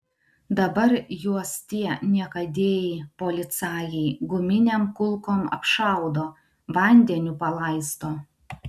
dabar juos tie niekadėjai policajai guminėm kulkom apšaudo vandeniu palaisto